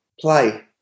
play